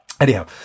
anyhow